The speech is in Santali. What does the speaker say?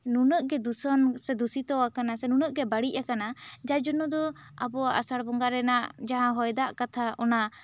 ᱱᱩᱱᱟᱹᱜ ᱜᱮ ᱫᱩᱥᱟᱹᱱ ᱥᱮ ᱫᱩᱥᱤᱛᱚ ᱟᱠᱟᱱᱟ ᱱᱩᱱᱟᱹᱜ ᱜᱮ ᱵᱟᱹᱲᱤᱡ ᱟᱠᱟᱱᱟ ᱡᱟᱭᱡᱚᱱᱱᱚ ᱫᱚ ᱟᱵᱚᱣᱟᱜ ᱟᱥᱟᱲ ᱵᱚᱸᱜᱟ ᱨᱮᱱᱟᱜ ᱡᱟᱦᱟᱸ ᱦᱟᱭ ᱫᱟᱜ ᱠᱟᱛᱷᱟ ᱚᱱᱟ